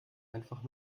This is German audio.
einfach